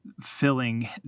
filling